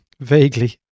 vaguely